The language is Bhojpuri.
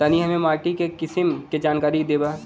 तनि हमें माटी के किसीम के जानकारी देबा?